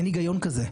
אין הגיון כזה.